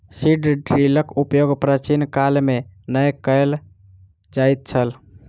seed ड्रीलक उपयोग प्राचीन काल मे नै कय ल जाइत छल